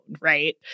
right